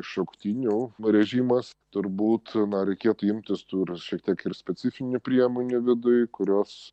šauktinių režimas turbūt na reikėtų imtis tų ir šiek tiek ir specifinių priemonių viduj kurios